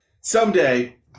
someday